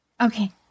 Okay